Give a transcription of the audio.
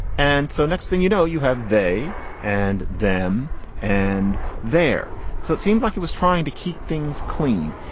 and so next thing you know you have they and them and they're so it seemed like he was trying to keep things clean.